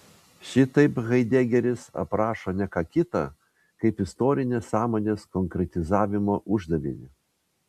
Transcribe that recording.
šitaip haidegeris aprašo ne ką kita kaip istorinės sąmonės konkretizavimo uždavinį